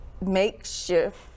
makeshift